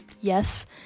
yes